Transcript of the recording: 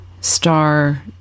star